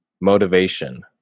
Motivation